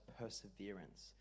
perseverance